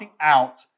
out